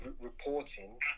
reporting